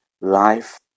Life